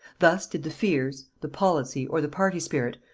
thus did the fears, the policy, or the party-spirit,